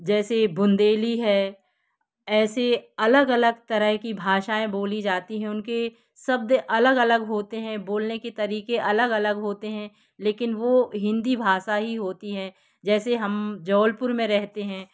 जैसे बुंदेली है ऐसे अलग अलग तरह की भाषाएं बोली जाती है उनके शब्द अलग अलग होते हैं बोलने के तरीके अलग अलग होते हैं लेकिन वो हिंदी भाषा ही होती है जैसे हम जबलपुर में रहते हैं